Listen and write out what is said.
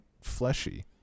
fleshy